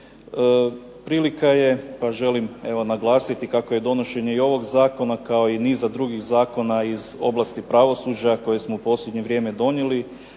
Prilika je i želim naglasiti kako je donošenje ovog Zakona kao i niza drugih zakona iz oblasti pravosuđa koje smo u posljednje vrijeme donijeli.